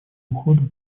уходу